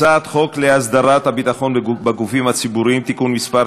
הצעת חוק להסדרת הביטחון בגופים הציבוריים (תיקון מס'